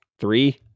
three